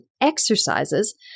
exercises